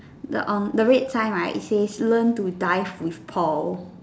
the um the red sign right it says learn to dive with Paul